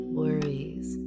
worries